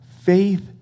Faith